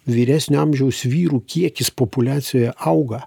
vyresnio amžiaus vyrų kiekis populiacijoje auga